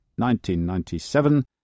1997